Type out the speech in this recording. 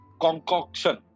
concoction